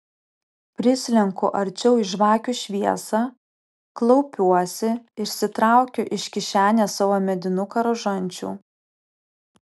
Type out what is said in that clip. prislenku arčiau į žvakių šviesą klaupiuosi išsitraukiu iš kišenės savo medinuką rožančių